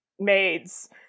maids